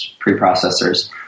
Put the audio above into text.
preprocessors